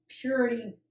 purity